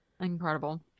Incredible